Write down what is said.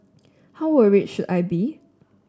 how worried should I be